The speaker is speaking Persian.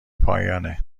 پایانه